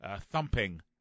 thumping